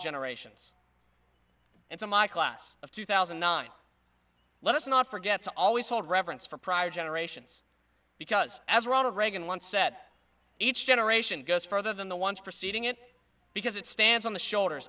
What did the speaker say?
generations and so my class of two thousand and nine let us not forget to always hold reverence for prior generations because as ronald reagan once said each generation goes further than the ones preceding it because it stands on the shoulders